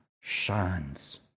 shines